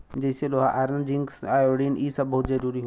जइसे लोहा iron zinc iodine इ सब बहुत जरूरी होला